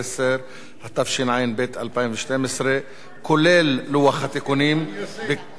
התשע"ב 2012, כולל לוח התיקונים להצעת החוק,